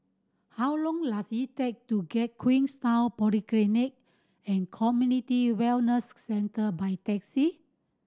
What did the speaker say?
how long does it take to get Queenstown Polyclinic and Community Wellness Centre by taxi